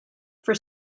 for